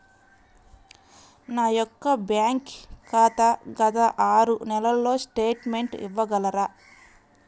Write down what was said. నా యొక్క బ్యాంక్ ఖాతా గత ఆరు నెలల స్టేట్మెంట్ ఇవ్వగలరా?